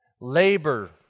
labor